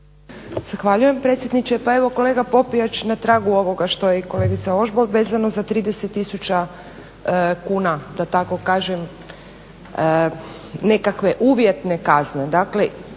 Zahvaljujem predsjedniče. Pa evo kolega Popijač, na tragu ovoga što je i kolegica Ožbolt vezano za 30 tisuća kuna da tako kažem nekakve uvjetne kazne.